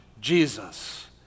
Jesus